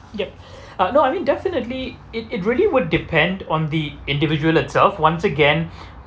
yup uh no I mean definitely it it really would depend on the individual itself once again